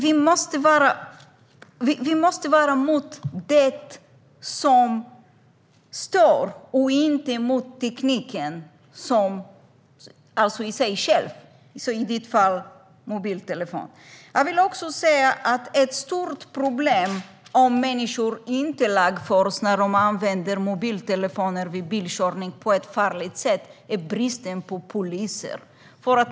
Vi måste vara emot det som stör och inte mot tekniken i sig själv, i det här fallet mobiltelefoner. Ett annat stort problem med att människor inte lagförs när de använder mobiltelefon vid bilkörning på ett farligt sätt är bristen på poliser.